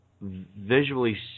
visually